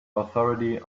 authority